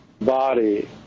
body